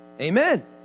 Amen